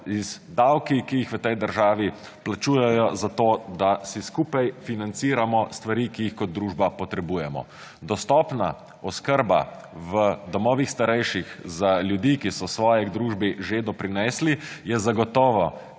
z davki, ki jih v tej državi plačujejo zato, da si skupaj financiramo stvari, ki jih kot družba potrebujemo. Dostopna oskrba v domovih starejših za ljudi, ki so svoje k družbi že doprinesli, je zagotovo